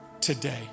today